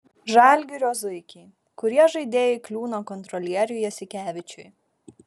žalgirio zuikiai kurie žaidėjai kliūna kontrolieriui jasikevičiui